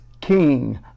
king